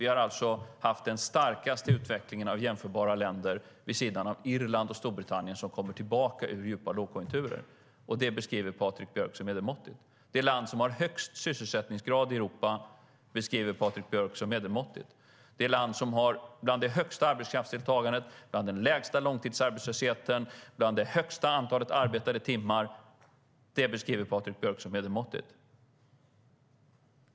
Vi har alltså haft den starkaste utvecklingen av jämförbara länder, vid sidan av Irland och Storbritannien som kommer tillbaka ur djupa lågkonjunkturer. Och det beskriver Patrik Björck som medelmåttigt. Det land som har högst sysselsättningsgrad i Europa beskriver Patrik Björck som medelmåttigt. Det land som har bland det högsta arbetskraftsdeltagandet, bland den lägsta långtidsarbetslösheten, bland det högsta antalet arbetade timmarna beskriver Patrik Björck som medelmåttigt.